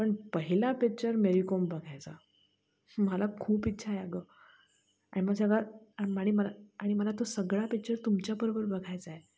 पण पहिला पिच्चर मेरीकॉम बघायचा मला खूप इच्छा आहे अग आय माझ्याकड आणि मला आणि मला तो सगळा पिच्चर तुमच्याबरोबर बघायचा आहे